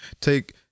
take